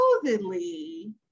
Supposedly